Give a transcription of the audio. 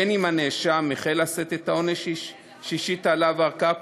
בין שהנאשם החל לשאת את העונש שהשיתה עליו הערכאה הקודמת,